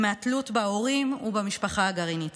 מהתלות בהורים ובמשפחה הגרעינית.